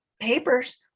papers